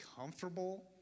comfortable